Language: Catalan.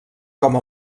com